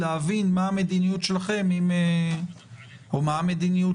להבין מה המדיניות שלכם או מה המדיניות